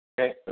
Okay